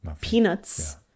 peanuts